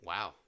Wow